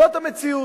זאת המציאות.